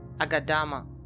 Agadama